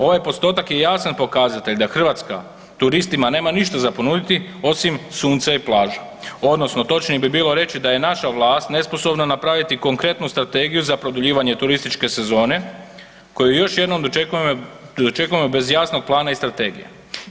Ovaj postotak je jasan pokazatelj da Hrvatska turistima nema ništa za ponuditi osim sunca i plaža odnosno točnije bi bilo reći da je naša vlast nesposobna napraviti konkretnu strategiju za produljivanje turističke sezone koju još jednom dočekujemo bez jasnog plana i strategije.